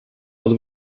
pod